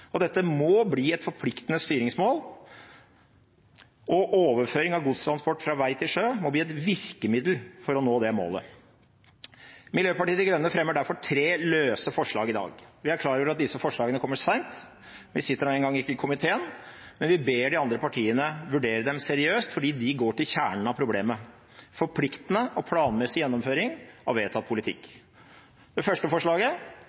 Dette må bli et forpliktende styringsmål, og overføring av godstransport fra vei til sjø må bli et virkemiddel for å nå det målet. Miljøpartiet De Grønne fremmer derfor tre løse forslag i dag. Vi er klar over at disse forslagene kommer sent, vi sitter nå engang ikke i komiteen, men vi ber de andre partiene vurdere dem seriøst fordi de går til kjernen av problemet – en forpliktende og planmessig gjennomføring av vedtatt politikk. Det første forslaget